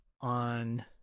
on